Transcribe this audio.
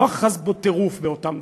לא אחז בו טירוף באותן דקות,